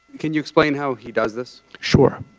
can you explain how he does this? sure.